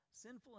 sinful